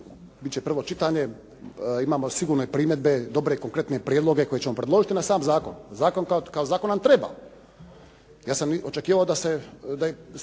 će prvo čitanje. Imamo sigurne primjedbe, dobre i konkretne prijedloge koje ćemo predložiti na sam zakon. Zakon kao zakon nam treba. Ja sam očekivao da